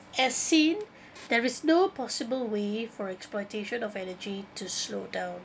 as seen there is no possible way for exploitation of energy to slow down